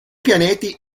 pianeti